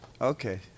Okay